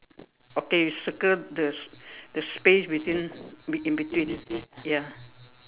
okay circle the the space between in between ya